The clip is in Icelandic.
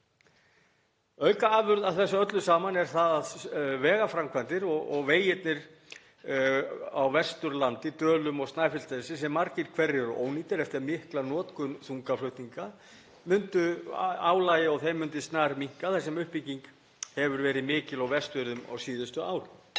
Aukaafurð af þessu öllu saman er það að vegaframkvæmdir og vegirnir á Vesturlandi, Dölum og Snæfellsnesi, sem margir hverjir eru ónýtir eftir mikla notkun þungaflutninga — álagið á þeim myndi snarminnka þar sem uppbygging hefur verið mikil á Vestfjörðum á síðustu árum.